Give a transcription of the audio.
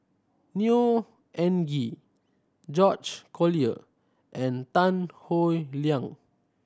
Neo Anngee George Collyer and Tan Howe Liang